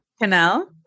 canal